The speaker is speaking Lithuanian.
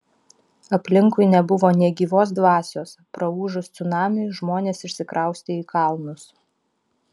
aplinkui nebuvo nė gyvos dvasios praūžus cunamiui žmonės išsikraustė į kalnus